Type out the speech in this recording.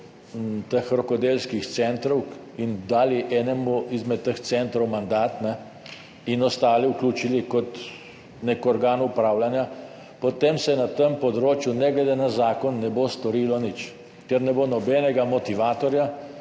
teh rokodelskih centrov in dali enemu izmed teh centrov mandat in ostale vključili kot nek organ upravljanja, potem se na tem področju ne glede na zakon ne bo storilo nič, ker ne bo nobenega motivatorja,